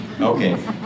Okay